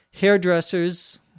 Hairdressers